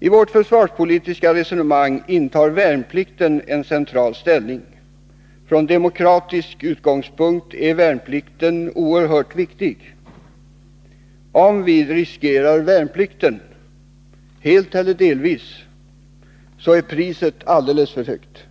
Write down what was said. I vårt försvarspolitiska resonemang intar värnplikten en central ställning. Från demokratisk utgångspunkt är värnplikten oerhört viktig. Om vi helt eller delvis riskerar värnplikten, är priset alldeles för högt.